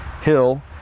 hill